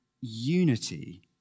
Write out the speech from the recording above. unity